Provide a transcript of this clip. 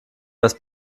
das